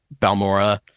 Balmora